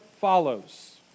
follows